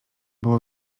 było